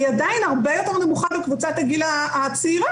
היא עדיין הרבה יותר נמוכה בקבוצת הגיל הצעירה.